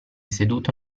seduto